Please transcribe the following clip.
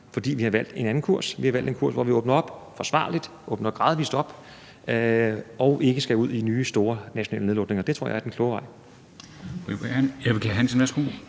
fordi vi har valgt en anden kurs. Vi har valgt en kurs, hvor vi åbner op forsvarligt – vi åbner gradvis op – og ikke skal ud i nye store nationale nedlukninger. Det tror jeg er den kloge vej.